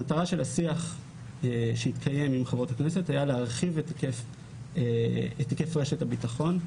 המטרה של השיח שהתקיים עם חברות הכנסת היה להרחיב את היקף רשת הביטחון,